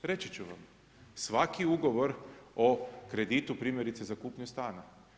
Reći ću vam, svaki ugovor o kreditu primjerice za kupnju stana.